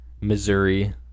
Missouri